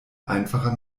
einfacher